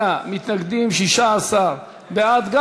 38 מתנגדים, 16 בעד.